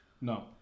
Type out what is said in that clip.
No